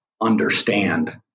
understand